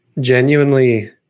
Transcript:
genuinely